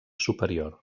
superior